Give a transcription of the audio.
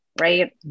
Right